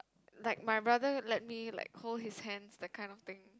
like my brother let me like hold his hand that type of thing